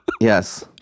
yes